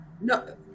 No